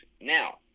Now